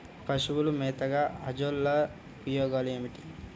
పశువుల మేతగా అజొల్ల ఉపయోగాలు ఏమిటి?